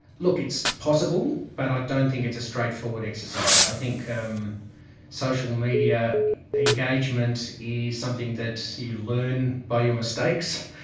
look, it's possible but i don't think it's a straightforward exercise. i think um social media engagement is something that you learn by your mistakes,